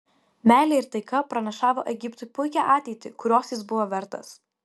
meilė ir taika pranašavo egiptui puikią ateitį kurios jis buvo vertas